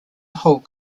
hole